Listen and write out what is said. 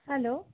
hello